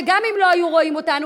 וגם אם לא היו רואים אותנו,